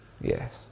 Yes